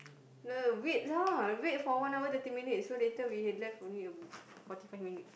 no wait lah wait for one hour thirty minutes so later we have left only forty five minute